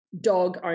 dog